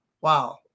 wow